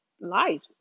life